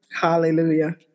Hallelujah